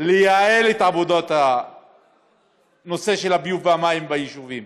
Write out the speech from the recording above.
לייעל את הנושא של עבודת הביוב והמים ביישובים.